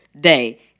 day